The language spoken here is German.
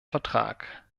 vertrag